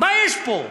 מה יש פה?